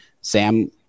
Sam